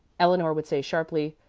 eleanor would say, sharply,